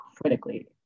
critically